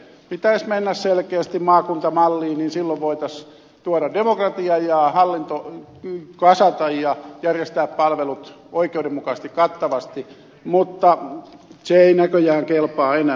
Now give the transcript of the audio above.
pitäisi mennä selkeästi maakuntamalliin jolloin voitaisiin tuoda demokratiaa ja hallinto kasata ja järjestää palvelut oikeudenmukaisesti kattavasti mutta se ei näköjään kelpaa enää